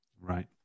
right